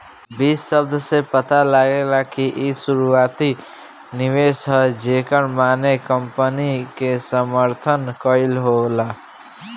बीज शब्द से पता लागेला कि इ शुरुआती निवेश ह जेकर माने कंपनी के समर्थन कईल होला